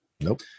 Nope